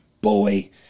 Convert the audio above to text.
boy